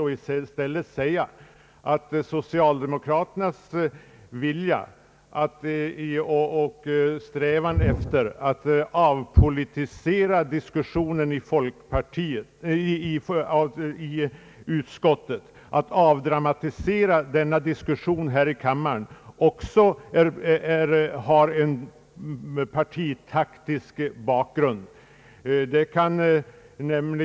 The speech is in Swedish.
Man kan lika gärna påstå att socialdemokraternas vilja och strävan efter att avpolitisera diskussionen i utskottet och avdramatisera debatten här i kammaren har en partitaktisk bakgrund.